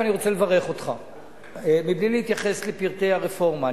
אני רוצה לברך אותך מבלי להתייחס לפרטי הרפורמה.